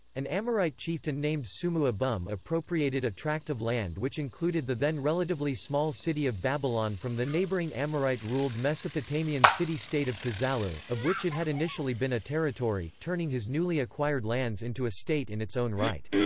an amorite chieftain named sumu-abum appropriated a tract of land which included the then relatively small city of babylon from the neighbouring amorite ruled mesopotamian city state of kazallu, of which it had initially been a territory, turning his newly acquired lands into a state in its own right.